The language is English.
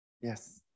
Yes